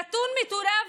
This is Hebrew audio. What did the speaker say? נתון מטורף,